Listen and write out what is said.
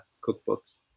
cookbooks